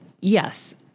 yes